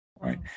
right